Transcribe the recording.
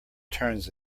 turns